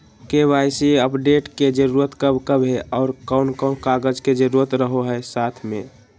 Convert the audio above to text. KYC update के जरूरत कब कब है और कौन कौन कागज के जरूरत रहो है साथ में?